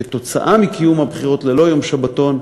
כתוצאה מקיום הבחירות ללא יום שבתון,